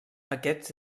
aquests